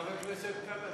חבר הכנסת כבל,